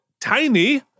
Tiny